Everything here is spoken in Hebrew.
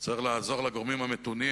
צריך לעזור לגורמים היותר-מתונים,